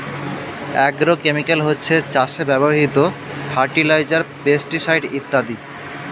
agrochemical হচ্ছে চাষে ব্যবহৃত ফার্টিলাইজার, পেস্টিসাইড ইত্যাদি